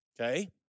Okay